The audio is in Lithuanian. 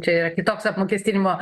čia yra kitoks apmokestinimo